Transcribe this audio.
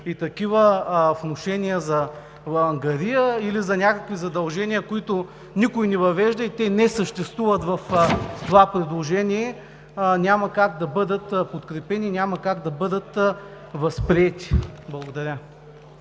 и такива внушения за ангария или за някакви задължения, които никой не въвежда и те не съществуват в това предложение, няма как да бъдат подкрепени, няма как да бъдат възприети. Благодаря.